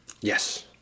Yes